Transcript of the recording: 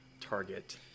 target